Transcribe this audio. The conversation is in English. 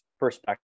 perspective